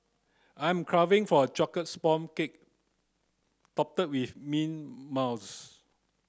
I'm craving for a chocolate sponge cake topped with mint mousse